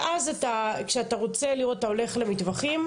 ואז, כשאתה רוצה לירות, אתה הולך למטווחים?